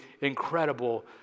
incredible